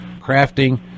crafting